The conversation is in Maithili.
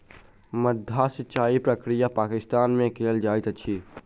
माद्दा सिचाई प्रक्रिया पाकिस्तान में कयल जाइत अछि